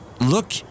Look